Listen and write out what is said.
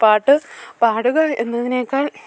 പാട്ട് പാടുക എന്നതിനേക്കാൾ